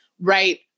right